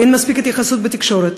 אין מספיק התייחסות בתקשורת.